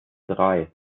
drei